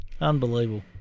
Unbelievable